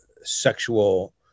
sexual